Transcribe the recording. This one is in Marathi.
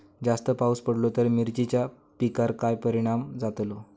जास्त पाऊस पडलो तर मिरचीच्या पिकार काय परणाम जतालो?